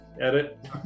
Edit